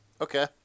Okay